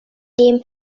dem